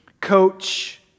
Coach